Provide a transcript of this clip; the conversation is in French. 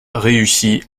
réussit